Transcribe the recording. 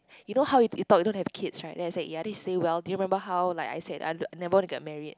you know how you you thought you don't have kids right then I said ya then she says well do you remember how like I said I'd never want to get married